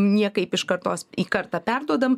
niekaip iš kartos į kartą perduodam